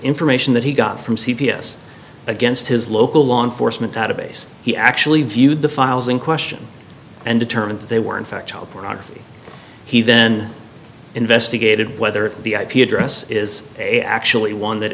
information that he got from c p s against his local law enforcement database he actually viewed the files in question and determined that they were in fact child pornography he then investigated whether the ip address is a actually one that